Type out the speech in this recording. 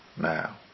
now